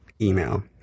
email